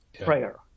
prayer